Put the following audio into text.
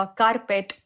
carpet